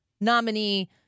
nominee